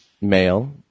male